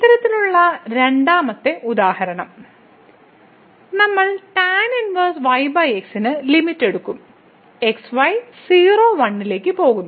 ഇത്തരത്തിലുള്ള രണ്ടാമത്തെ ഉദാഹരണം നമ്മൾ tan 1yx ന് ലിമിറ്റ് എടുക്കും xy 01 ലേക്ക് പോകുന്നു